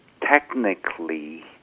technically